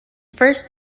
first